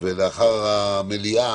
ולאחר המליאה,